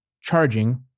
charging